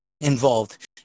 involved